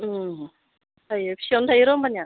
थाइयो फिसायावनो थाइयो रमानिया